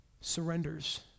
surrenders